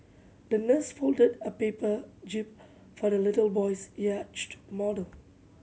the nurse folded a paper jib for the little boy's yacht model